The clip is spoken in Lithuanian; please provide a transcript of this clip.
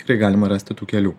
tikrai galima rasti tų kelių